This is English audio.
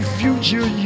future